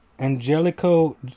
Angelico